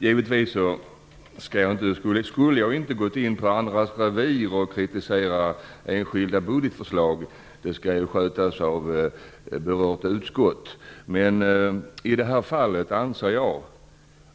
Givetvis borde jag inte gå in på andras revir och kritisera enskilda budgetförslag - det skall ju skötas av berört utskott - men i det här fallet anser jag